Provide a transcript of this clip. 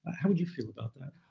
how would you feel about that?